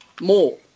more